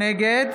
נגד